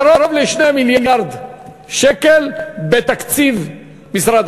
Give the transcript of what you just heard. קרוב ל-2 מיליארד שקל בתקציב משרד